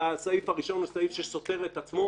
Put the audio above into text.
הסעיף הראשון הוא סעיף שסותר את עצמו,